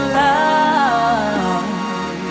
love